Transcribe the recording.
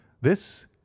This